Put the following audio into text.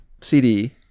CD